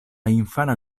infana